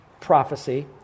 prophecy